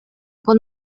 con